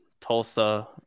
Tulsa